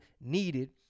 needed